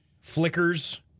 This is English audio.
flickers